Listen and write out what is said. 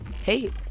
hey